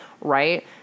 Right